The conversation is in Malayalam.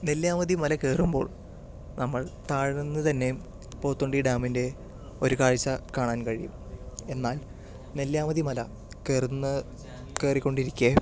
നെല്ലിയാമ്പതി മല കയറുമ്പോൾ നമ്മൾ താഴെ നിന്നു തന്നെ പോത്തുണ്ടി ഡാമിൻ്റെ ഒരു കാഴ്ച് കാണാൻ കഴിയും എന്നാൽ നെല്ലിയാമ്പതി മല കയറുന്ന കയറിക്കൊണ്ടിരിക്കെ